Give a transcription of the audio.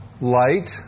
light